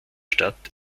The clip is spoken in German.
stadt